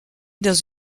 dans